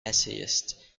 essayist